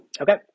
Okay